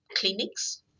clinics